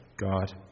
God